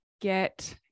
get